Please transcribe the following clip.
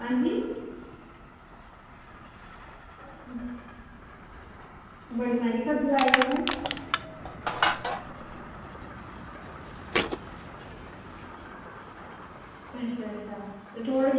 हांजी बड़ी मैंह्गी सब्जी लाई तुसें अच्चा अच्छा ते थोह्ड़ी जी